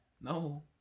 No